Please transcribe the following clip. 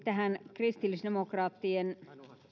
kristillisdemokraattien